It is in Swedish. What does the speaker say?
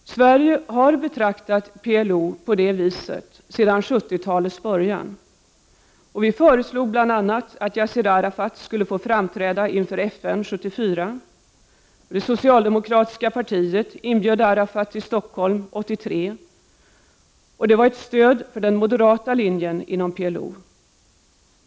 Sverige har betraktat PLO på det viset sedan 70-talets början. Vi föreslog bl.a. att Yassir Arafat skulle få framträda inför FN 1974. Det socialdemokratiska partiet inbjöd Arafat till Stockholm 1983, och det var ett stöd för den moderata linjen inom PLO.